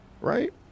Right